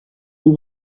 who